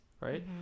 right